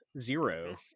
zero